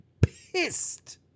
pissed